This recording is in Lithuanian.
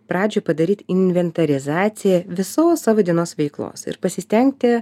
pradžioj padaryti inventorizaciją visos savo dienos veiklos ir pasistengti